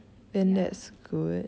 ya